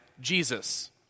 Jesus